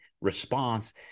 response